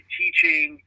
teaching